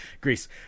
greece